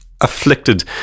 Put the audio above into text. afflicted